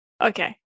Okay